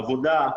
עבודה.